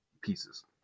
pieces